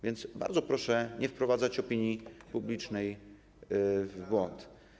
Więc bardzo proszę nie wprowadzać opinii publicznej w błąd.